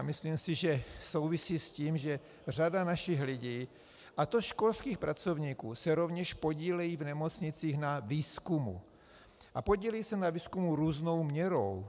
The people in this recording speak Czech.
Myslím si, že souvisí s tím, že řada našich lidí, a to školských pracovníků, se rovněž podílí v nemocnicích na výzkumu a podílí se na výzkumu různou měrou.